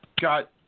got